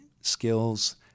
skills